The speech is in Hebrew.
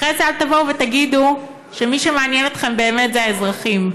אחרי זה אל תגידו שמי שמעניין אתכם באמת זה האזרחים,